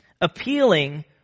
appealing